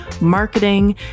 marketing